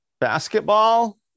basketball